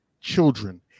children